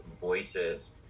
voices